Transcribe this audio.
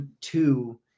two